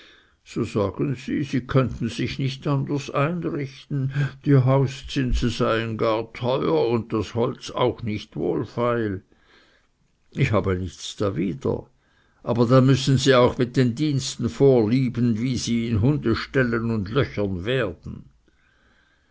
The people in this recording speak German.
so sagen sie sie könnten sich nicht anders einrichten die hauszinse seien gar teuer und das holz auch nicht wohlfeil ich habe nichts dawider aber dann müssen sie auch mit den diensten vorlieb nehmen wie sie in hundsställen und in löchern werden